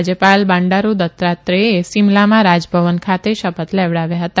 રાજયપાલ બાંડારૂ દત્તાત્રેચે સિમલામાં રાજભવન ખાતે શપથ લેવડાવ્ય હતા